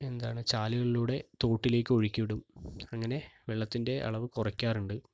എന്താണ് ചാലുകളിലൂടെ തോട്ടിലേക്ക് ഒഴിക്കിവിടും അങ്ങനെ വെള്ളത്തിൻ്റെ അളവ് കുറയ്ക്കാറുണ്ട്